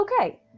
okay